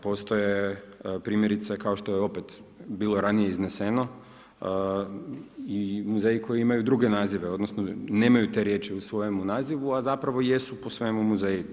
Postoje primjerice, kao što je bilo ranije izneseno, i muzeji koji imaju druge nazive, odnosno nemaju te riječi u svojemu nazivu, a zapravo jesu po svemu muzeji.